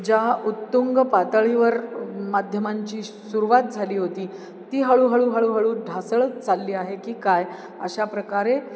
ज्या उत्तुंग पातळीवर माध्यमांची सुरुवात झाली होती ती हळूहळू हळूहळू ढासळत चालली आहे की काय अशा प्रकारे